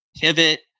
pivot